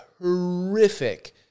horrific